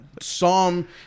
Psalm